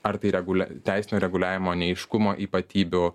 ar tai reguliuoja teisinio reguliavimo neaiškumo ypatybių